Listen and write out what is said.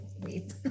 Wait